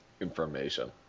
information